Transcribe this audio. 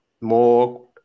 more